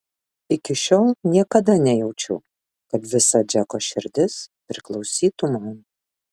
iki šiol niekada nejaučiau kad visa džeko širdis priklausytų man